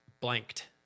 Blanked